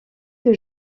que